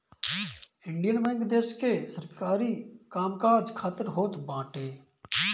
Indian bank देस के सरकारी काम काज खातिर होत बाटे